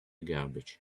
garbage